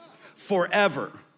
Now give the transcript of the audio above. forever